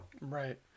Right